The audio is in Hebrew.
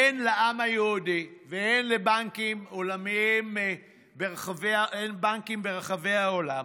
הן לעם היהודי והן לבנקים עולמיים ברחבי העולם,